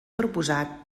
proposat